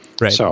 Right